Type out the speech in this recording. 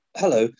hello